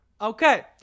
Okay